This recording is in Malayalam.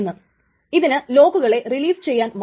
അപ്പോൾ ഇതാണ് ട്രാൻസാക്ഷൻ ടൈം സ്റ്റാമ്പ്